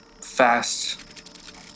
fast